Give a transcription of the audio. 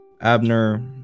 Abner